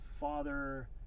father